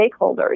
stakeholders